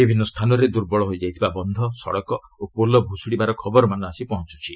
ବିଭିନ୍ନ ସ୍ଥାନରେ ଦୁର୍ବଳ ହୋଇଯାଇଥିବା ବନ୍ଧ ସଡ଼କ ଓ ପୋଲ ଭ୍ଷୁଡ଼ିବାର ଖବରମାନ ଆସି ପହଞ୍ଚୁଛି